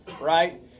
right